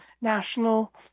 National